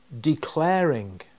declaring